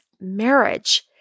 marriage